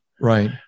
Right